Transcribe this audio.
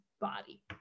body